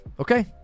okay